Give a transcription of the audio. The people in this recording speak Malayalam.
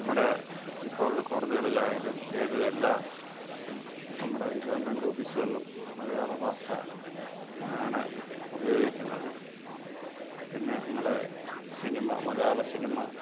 നമ്മുടെ ഇപ്പോൾ കോടതികളിലായാലും ഏത് എല്ലാ നമ്മുടെ ഈ ഗവൺമെൻ്റ് ഓഫീസുകളിലും മലയാള ഭാഷ ആണ് ഉപയോഗിക്കുന്നത് പിന്നെ നമ്മുടെ സിനിമ മലയാള സിനിമ